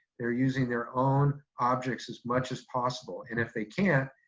they're using their own objects as much as possible. and if they can't,